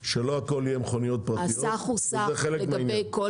שלא הכול יהיה מכוניות פרטיות, וזה חלק מהעניין.